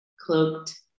cloaked